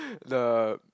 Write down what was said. the